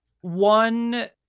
one